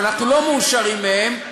שאנחנו לא מאושרים מהם,